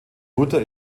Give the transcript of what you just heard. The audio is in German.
mutter